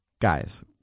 guys